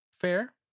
Fair